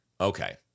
Okay